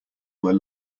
were